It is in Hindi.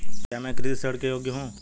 क्या मैं कृषि ऋण के योग्य हूँ?